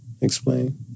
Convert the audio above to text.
Explain